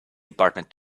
department